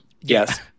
yes